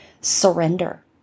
surrender